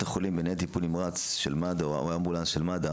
החולים בניידת טיפול נמרץ של מד"א או אמבולנס של מד"א